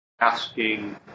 asking